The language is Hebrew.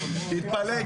תתפלא.